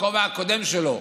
בכובע הקודם שלו,